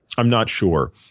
i'm not sure,